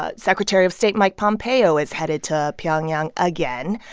ah secretary of state mike pompeo is headed to pyongyang again.